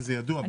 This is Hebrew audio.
וזה ידוע,